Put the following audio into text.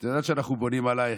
את יודעת שאנחנו בונים עלייך.